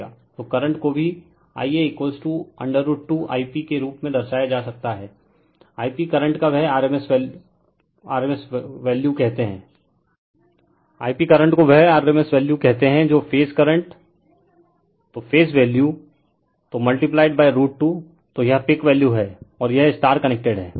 तो करंट को भी Ia√2I p के रूप में दर्शाया जा सकता है I p करंट को वह rms वैल्यू कहते है जो फेज करंट तो फेज वैल्यू तो मल्टीप्लाईड √2 तो यह पीक वैल्यू है और यह स्टार कनेक्टेड है